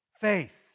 faith